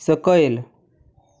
सकयल